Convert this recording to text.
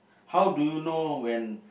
how do you know when